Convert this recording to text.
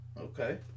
Okay